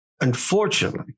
Unfortunately